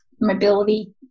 mobility